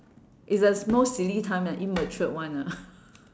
it's a most silly time and immature one ah